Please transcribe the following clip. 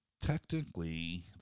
technically